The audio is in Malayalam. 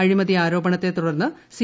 അഴിമതി ആരോപണത്തെ തുടർന്ന് സി